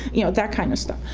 you know, that kind of stuff,